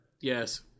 yes